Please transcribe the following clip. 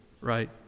Right